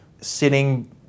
sitting